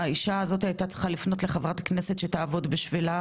האישה הזאת הייתה צריכה לפנות לחברת הכנסת שתעבוד בשבילה,